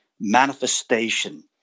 manifestation